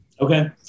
Okay